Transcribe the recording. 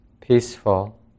peaceful